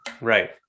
right